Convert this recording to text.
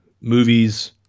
Movies